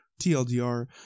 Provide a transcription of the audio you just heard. TLDR